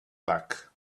luck